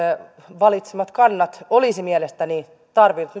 valitsemat kannat olisivat mielestäni tarvinneet